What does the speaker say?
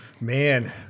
Man